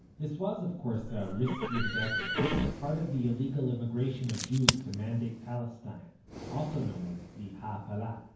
this was, of course, a risky endeavour part of the illegal immigration of jews to mandate palestine also known as the ha'apala.